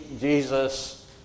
Jesus